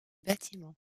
bâtiment